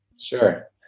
Sure